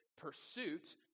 pursuit